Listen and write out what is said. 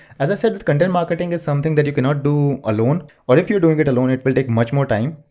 as i said content marketing is something that you cannot do along, or if you're doing it along it will take much more time.